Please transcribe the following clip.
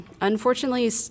Unfortunately